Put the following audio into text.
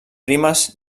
primes